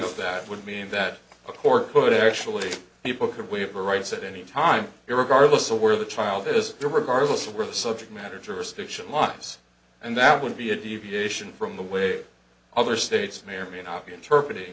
of that would mean that a court could actually people could waive her rights at any time you regardless of where the child is regardless of where the subject matter jurisdiction lives and that would be a deviation from the way other states may or may not be interpreted